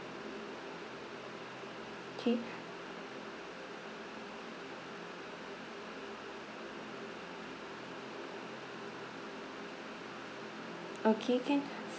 okay okay can